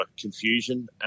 confusion